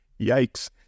Yikes